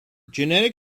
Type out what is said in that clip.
genetic